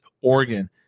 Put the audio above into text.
Oregon